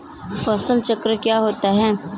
फसल चक्र क्या होता है?